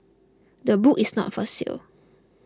the book is not for sale